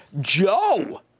Joe